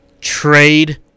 Trade